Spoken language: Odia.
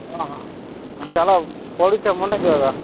ହଁ ହଁ ଚାଲ ପଢ଼ୁଛେ ବନେଇ ଦିଅ ଦାଦା